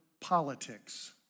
politics